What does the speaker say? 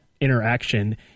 interaction